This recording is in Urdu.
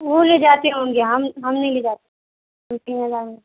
وہ لے جاتے ہوں گے ہم ہم نہیں لے جاتے ہم تین ہزار میں